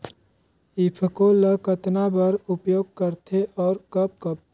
ईफको ल कतना बर उपयोग करथे और कब कब?